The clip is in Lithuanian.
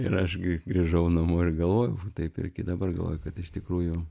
ir aš gi grįžau namo ir galvojau va taip ir dabar galvoju kad iš tikrųjų